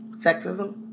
sexism